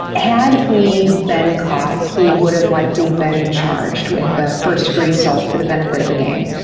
had he been caught he would have likely been charged with a first-degree assault for the benefit of a gang.